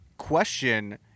question